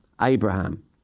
Abraham